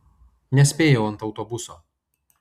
nespėjau ant autobuso